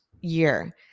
year